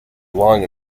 long